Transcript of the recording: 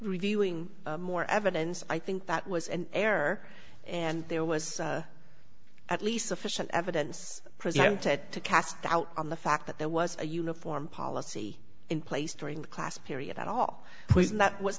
reviewing more evidence i think that was an error and there was at least sufficient evidence presented to cast doubt on the fact that there was a uniform policy in place during the class period at all and that was